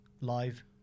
live